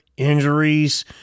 injuries